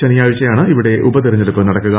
ശനിയാഴ്ചയാണ് ഇവിടെ ഉപതെരഞ്ഞെടുപ്പ് നടക്കുക